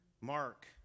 mark